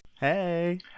Hey